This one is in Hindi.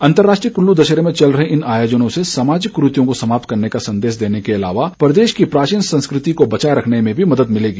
अंतर्राष्ट्रीय कुल्लू दशहरे में चल रहे इन आयोजनों से सामाजिक कुरीतियों को समाप्त करने का संदेश देने के अलावा प्रदेश की प्राचीन संस्कृति को बचाए रखने में भी मदद मिलेगी